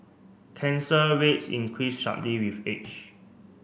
cancer rates increase sharply with age